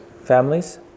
Families